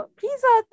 pizza